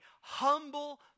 humble